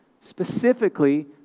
specifically